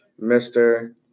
Mr